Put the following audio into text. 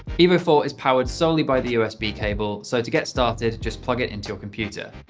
evo four is powered solely by the usb cable so to get started just plug it into your computer.